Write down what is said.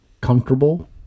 comfortable